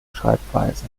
schreibweise